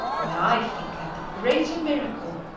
why, i think that the greater miracle.